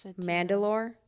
mandalore